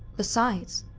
besides,